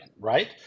right